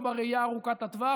לא בראייה ארוכת הטווח,